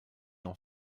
d’en